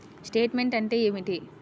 Statement అంటే ఏమిటి?